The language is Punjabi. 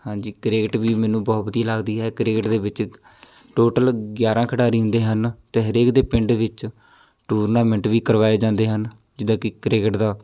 ਹਾਂਜੀ ਕ੍ਰਿਕਟ ਵੀ ਮੈਨੂੰ ਬਹੁਤ ਵਧੀਆ ਲੱਗਦੀ ਹੈ ਕ੍ਰਿਕਟ ਦੇ ਵਿੱਚ ਟੋਟਲ ਗਿਆਰ੍ਹਾਂ ਖਿਡਾਰੀ ਹੁੰਦੇ ਹਨ ਅਤੇ ਹਰੇਕ ਦੇ ਪਿੰਡ ਵਿੱਚ ਟੂਰਨਾਮੈਂਟ ਵੀ ਕਰਵਾਏ ਜਾਂਦੇ ਹਨ ਜਿੱਦਾਂ ਕਿ ਕ੍ਰਿਕਟ ਦਾ